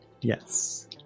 Yes